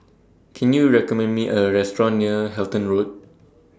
Can YOU recommend Me A Restaurant near Halton Road